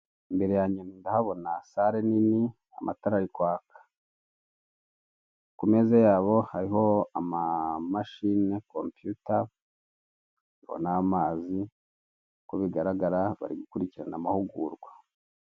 Imbere yanjye ndahabona sare nini amatara ari kwaka, ku meza yabo hariho amamashini, kompiyuta n'amazi, uko bigaragara bari gukurikirana amahugurwa.